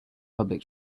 public